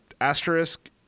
asterisk